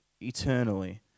eternally